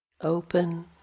Open